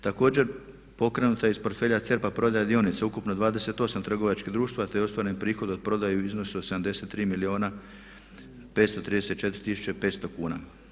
Također, pokrenuta je iz portfelja CERP-a prodaja dionica ukupno 28 trgovačkih društava te je ostvaren prihod od prodaje u iznosu od 73 milijuna 534 tisuće 500 kuna.